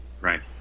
right